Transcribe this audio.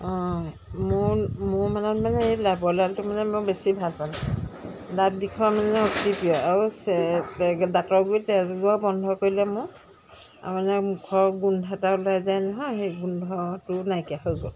অঁ মোন মোৰ মানত মানে এইটো ডাৱৰলালটো মানে মই বেছি ভাল পালোঁ দাঁত বিষৰ মানে অতি প্ৰিয় আৰু দাঁতৰ গুৰিৰ তেজ ওলোৱা বন্ধ কৰি দিলে মোৰ আৰু মানে মুখৰ গোন্ধ এটা ওলাই যেন নহয় সেই গোন্ধটো নাইকিয়া হৈ গ'ল